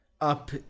Up